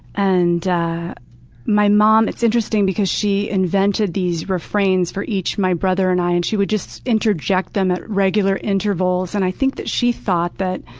and my mom, it's interesting, because she invented these refrains for each my brother and i, and she would just interject them at regular intervals. and i think that she thought that